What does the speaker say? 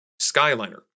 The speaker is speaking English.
Skyliner